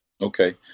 Okay